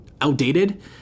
outdated